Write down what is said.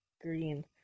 Green